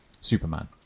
Superman